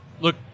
look